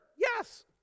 Yes